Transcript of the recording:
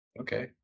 Okay